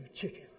chicken